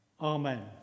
amen